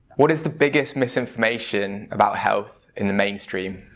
what is the biggest misinformation about health in the mainstream?